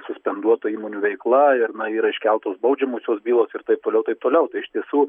suspenduota įmonių veikla ir na yra iškeltos baudžiamosios bylos ir taip toliau ir taip toliau iš tiesų